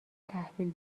تحویل